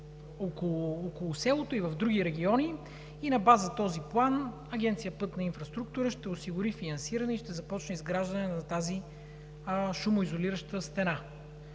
около селото и в други региони и на база този план Агенция „Пътна инфраструктура“ ще осигури финансиране и ще започне изграждане на тази шумоизолираща стена.